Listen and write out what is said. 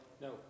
No